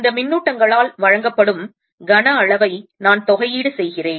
இந்த மின்னூட்டங்கள்ஆல் வழங்கப்படும் கனஅளவை நான் தொகையீடு செய்கிறேன்